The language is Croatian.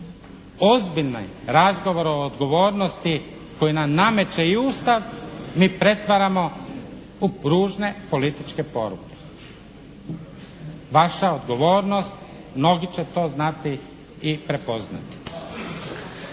ozbiljne razgovore o odgovornosti koji nam nameće i Ustav mi pretvaramo u ružne političke poruke. Vaša odgovornost, mnogi će to znati i prepoznati.